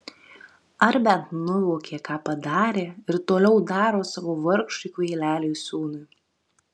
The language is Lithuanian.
ar bent nuvokė ką padarė ir toliau daro savo vargšui kvaileliui sūnui